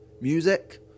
Music